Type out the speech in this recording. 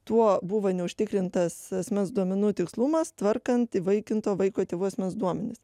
tuo buvo neužtikrintas asmens duomenų tikslumas tvarkant įvaikinto vaiko tėvų asmens duomenis